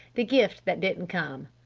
the gift that didn't come!